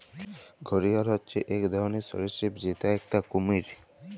ঘড়িয়াল হচ্যে এক ধরলর সরীসৃপ যেটা একটি কুমির